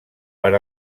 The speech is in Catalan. per